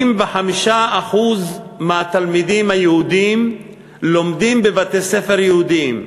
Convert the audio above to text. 85% מהתלמידים היהודים לומדים בבתי-ספר יהודיים,